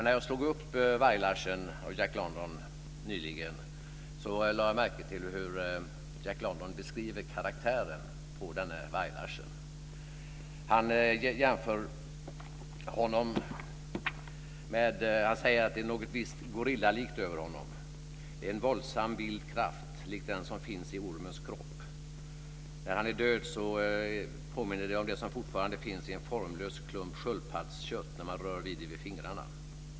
När jag slog upp Varg-Larsen av Jack London nyligen lade jag märke till hur Jack London beskriver karaktären på Varg-Larsen. Han säger att det är något gorillalikt över honom. Det är en våldsam vild kraft likt den som finns i ormens kropp. När han är död påminner det om det som finns i en formlös klump sköldpaddskött när man rör vid det med fingrarna.